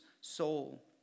soul